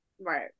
Right